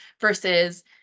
Versus